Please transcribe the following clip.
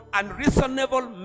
unreasonable